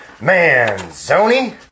Manzoni